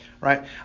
Right